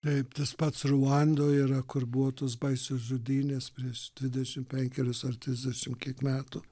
taip tas pats ruandoje yra kur buvo tos baisios žudynės prieš dvidešimt penkerius ar trisdešim kiek metų